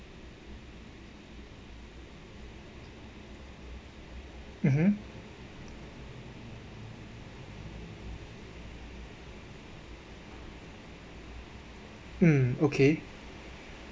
mmhmm um okay